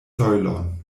sojlon